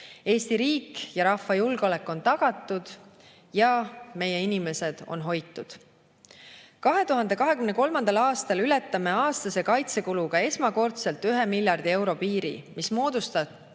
Eesti riik ja rahva julgeolek on tagatud ning meie inimesed on hoitud. 2023. aastal ületame aastase kaitsekuluga esmakordselt 1 miljardi euro piiri, mis moodustab